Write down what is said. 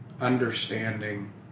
understanding